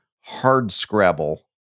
hardscrabble